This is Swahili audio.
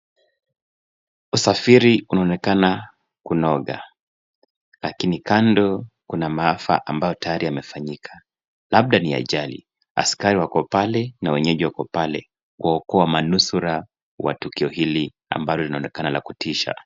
Usafiri unaonekana kunoga lakini kando kuna maafa ambayo tayari yamefanyika, labda ni ajali. Askari wako pale na wenyeji wako pale, kuwaokoa manusura wa tukio hili ambalo linaonekana la kutisha.